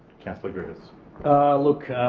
councillor griffiths look,